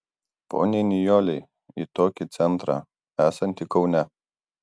poniai nijolei į tokį centrą esantį kaune